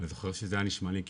אני זוכר שזה היה נשמע לי הגיוני,